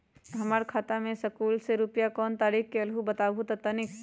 हमर खाता में सकलू से रूपया कोन तारीक के अलऊह बताहु त तनिक?